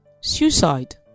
suicide